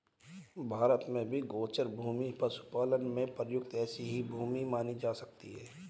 भारत में भी गोचर भूमि पशुपालन में प्रयुक्त ऐसी ही भूमि मानी जा सकती है